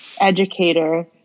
educator